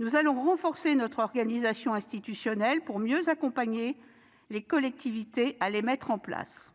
nous allons renforcer notre organisation institutionnelle pour mieux accompagner les collectivités dans leur mise en place.